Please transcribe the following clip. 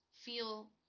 feel